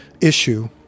issue